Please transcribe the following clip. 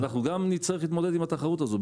אנחנו גם נצטרך להתמודד עם התחרות הזאת,